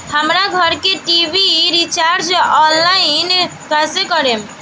हमार घर के टी.वी रीचार्ज ऑनलाइन कैसे करेम?